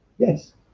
yes